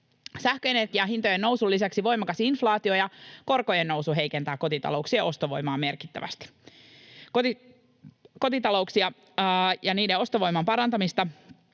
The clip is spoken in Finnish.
Sähköenergian hintojen nousun lisäksi voimakas inflaatio ja korkojen nousu heikentää kotitalouksien ostovoimaa merkittävästi. Kotitalouksia ja niiden ostovoiman parantamista